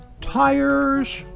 Tires